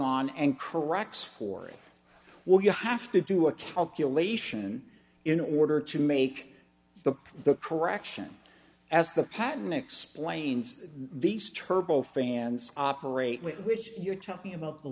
on and corrects for it well you have to do a calculation in order to make the correction as the patten explains these turbo fans operate with which you're talking about the